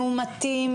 מאומתים,